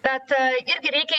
tad irgi reikia